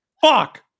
Fuck